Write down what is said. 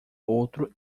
outro